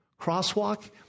Crosswalk